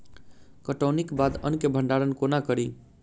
कटौनीक बाद अन्न केँ भंडारण कोना करी?